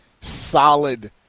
solid